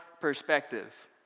perspective